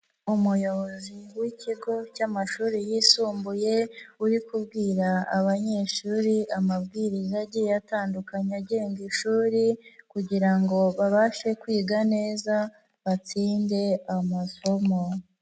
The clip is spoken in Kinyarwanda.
Umuyobozi w'ikigo cy'amashuri yisumbuye, uri kubwira abanyeshuri amabwiriza agiye atandukanye agenga ishuri kugira ngo babashe kwiga neza, batsinde amasomo.